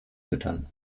füttern